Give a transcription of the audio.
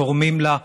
תורמים לה,